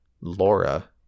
Laura